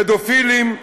פדופילים,